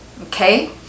Okay